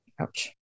Ouch